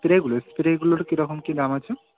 স্প্রেগুলোর স্প্রেগুলোর কীরকম কি দাম আছে